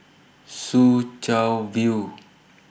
Soo Chow View